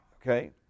okay